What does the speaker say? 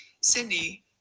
Cindy